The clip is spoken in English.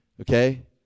Okay